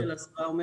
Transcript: המכתב של השרה אומר